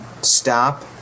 stop